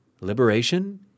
liberation